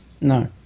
No